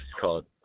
called